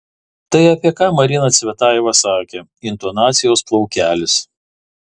tai apie ką marina cvetajeva sakė intonacijos plaukelis